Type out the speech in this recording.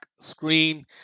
screen